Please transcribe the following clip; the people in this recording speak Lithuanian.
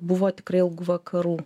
buvo tikrai ilgų vakarų